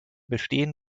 bestehen